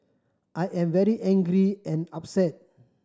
I am very angry and upset